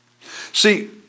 See